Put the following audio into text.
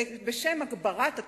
בשם הגברת התחרות,